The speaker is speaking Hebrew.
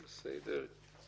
בסדר.